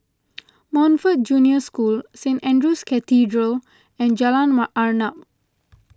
Montfort Junior School Saint andrew's Cathedral and Jalan Arnap